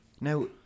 Now